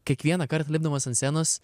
kiekvienąkart lipdamas ant scenos